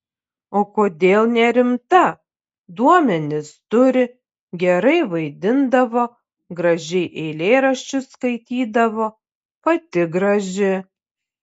o kodėl nerimta duomenis turi gerai vaidindavo gražiai eilėraščius skaitydavo pati graži